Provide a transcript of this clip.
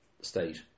state